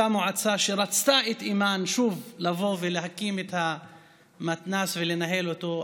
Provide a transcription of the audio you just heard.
אותה מועצה שרצתה את אימאן שוב לבוא ולהקים את המתנ"ס ולנהל אותו.